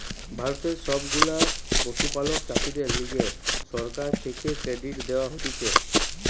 ভারতের সব গুলা পশুপালক চাষীদের লিগে সরকার থেকে ক্রেডিট দেওয়া হতিছে